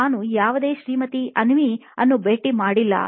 ನಾನು ಯಾವುದೇ ಶ್ರೀಮತಿ ಅವ್ನಿ ಅವರನ್ನು ಭೇಟಿ ಮಾಡಿಲ್ಲ